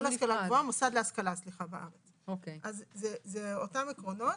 אלה אותם עקרונות.